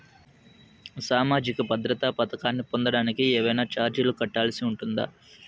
సామాజిక భద్రత పథకాన్ని పొందడానికి ఏవైనా చార్జీలు కట్టాల్సి ఉంటుందా?